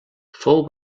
fou